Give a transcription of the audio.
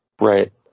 right